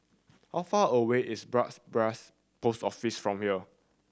how far away is Bras Basah Post Office from here